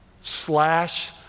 slash